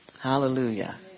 Hallelujah